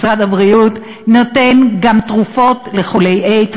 משרד הבריאות נותן תרופות לחולי איידס.